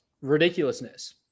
ridiculousness